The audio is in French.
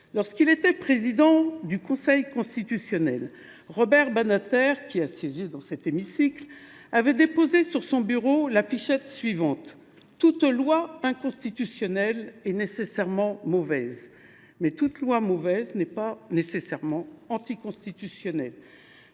Lorsqu’il était président du Conseil constitutionnel, Robert Badinter, qui a siégé dans cet hémicycle, avait déposé sur son bureau l’affichette suivante :« Toute loi inconstitutionnelle est nécessairement mauvaise. Mais toute loi mauvaise n’est pas nécessairement anticonstitutionnelle. »